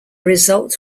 result